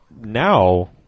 Now